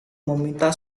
meminta